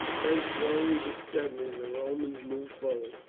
then slowly but steadily the romans moved forward,